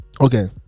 Okay